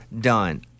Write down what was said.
done